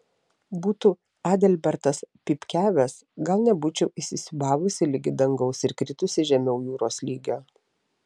būtų adalbertas pypkiavęs gal nebūčiau įsisiūbavusi ligi dangaus ir kritusi žemiau jūros lygio